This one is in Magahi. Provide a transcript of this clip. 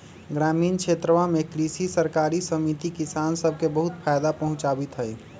ग्रामीण क्षेत्रवा में कृषि सरकारी समिति किसान सब के बहुत फायदा पहुंचावीत हई